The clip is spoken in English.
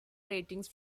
ratings